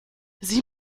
sieh